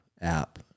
app